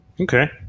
Okay